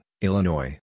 Illinois